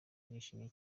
nishimye